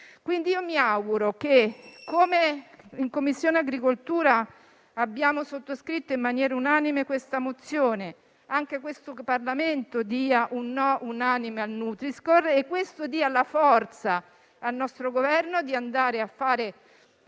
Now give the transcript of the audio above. quindi che, come in Commissione agricoltura abbiamo sottoscritto in maniera unanime questa mozione, anche questo Parlamento esprima un no unanime al nutri-score e questo dia la forza al nostro Governo di andare a far